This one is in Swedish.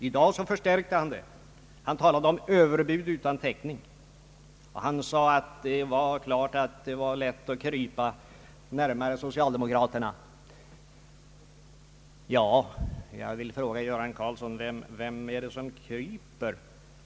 I dag förstärkte han uttrycket och talade om överbud utan täckning. Han sade vidare att det är lätt alt krypa närmare socialdemokraterna. Jag vill fråga herr Göran Karlsson vem det är som kryper.